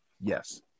yes